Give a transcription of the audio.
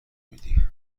میدی